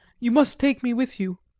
you must take me with you.